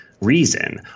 reason